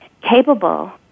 capable